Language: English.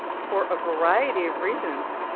for a variety of reasons,